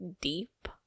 deep